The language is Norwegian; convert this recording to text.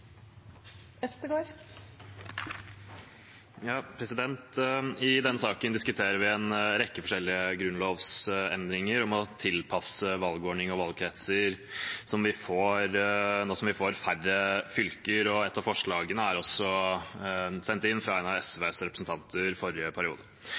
I denne saken diskuterer vi en rekke forskjellige grunnlovsendringer om å tilpasse valgordning og valgkretser nå som vi får færre fylker. Et av forslagene er sendt inn av en av